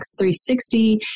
360